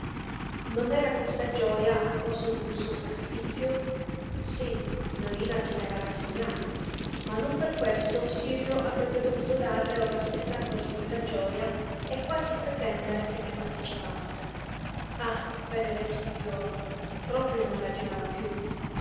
non era questa gioja a costo d'un suo sacrifizio sí norina vi s'era rassegnata ma non per questo sirio avrebbe dovuto darle ora spettacolo di quella gioja e quasi pretendere che ne partecipasse ah benedetto figliuolo proprio non ragionava piú